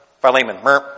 Philemon